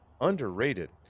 Underrated